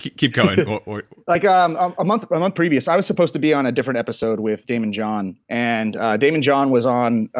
keep going a like um um month but month previous, i was supposed to be on a different episode with daymond john and daymond john was on.